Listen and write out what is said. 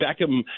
Beckham